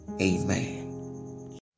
Amen